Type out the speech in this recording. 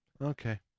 Okay